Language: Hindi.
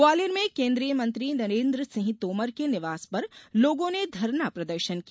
ग्वालियर में केन्द्रीय मंत्री नरेन्द्र सिंह तोमर के निवास पर लोगों ने धरना प्रदर्शन किया